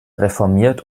reformiert